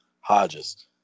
Hodges